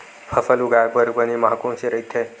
फसल उगाये बर बने माह कोन से राइथे?